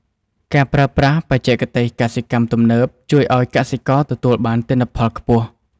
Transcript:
ការប្រើប្រាស់បច្ចេកទេសកសិកម្មទំនើប ជួយឱ្យកសិករទទួលបានទិន្នផលខ្ពស់។